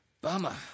Bummer